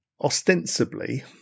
ostensibly